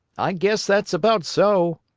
i guess that's about so,